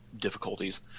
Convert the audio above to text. difficulties